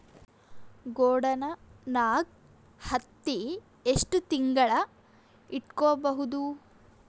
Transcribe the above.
ಗೊಡಾನ ನಾಗ್ ಹತ್ತಿ ಎಷ್ಟು ತಿಂಗಳ ಇಟ್ಕೊ ಬಹುದು?